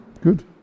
Good